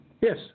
Yes